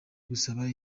gusaba